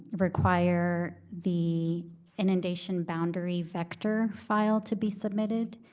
require the inundation boundary vector file to be submitted,